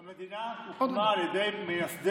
המדינה הוקמה על ידי מייסדיה,